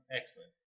excellent